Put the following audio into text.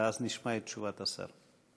ואז נשמע את תשובת השר.